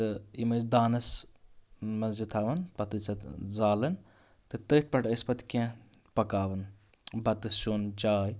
تہٕ یِم ٲسۍ دانَس منٛز یہِ تھاوان پَتہٕ ٲسۍ اَتھ زالان تہٕ تٔتھۍ پٮ۪ٹھ ٲسۍ پَتہٕ کیٚنٛہہ پَکاوان بَتہٕ سیُن چاے